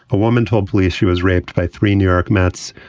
a woman told police she was raped by three new york mets.